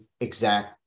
exact